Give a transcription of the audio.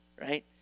right